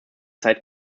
zeit